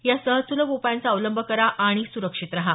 या सहज सुलभ उपायांचा अवलंब करा आणि सुरक्षित रहा